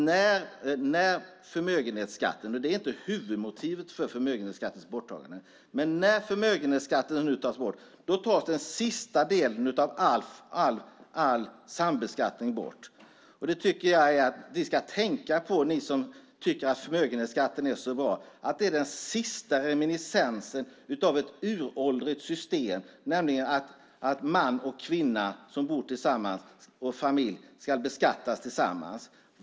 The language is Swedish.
När förmögenhetsskatten nu tas bort försvinner den sista delen av sambeskattningen, även om detta inte är huvudmotivet till varför den tas bort. Ni som tycker att förmögenhetsskatten är så bra kan tänka på att det är den sista reminiscensen av ett uråldrigt system som går ut på att en man och en kvinna, en familj, som bor tillsammans ska beskattas tillsammans.